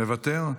מוותר.